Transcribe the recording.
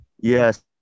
Yes